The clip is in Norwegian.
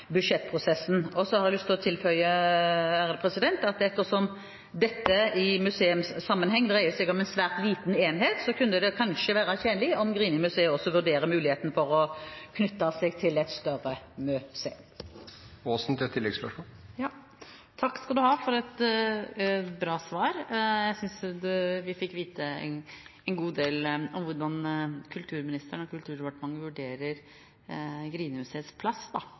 budsjettprosessen. Og så har jeg lyst til å tilføye at ettersom dette i museumssammenheng dreier seg om en svært liten enhet, kunne det kanskje være tjenlig om Grini-museet vurderte muligheten for å knytte seg til et større museum. Takk for et bra svar. Jeg synes vi fikk vite en god del om hvordan kulturministeren og Kulturdepartementet vurderer